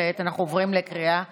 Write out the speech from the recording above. כעת אנחנו עוברים לקריאה שנייה.